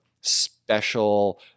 special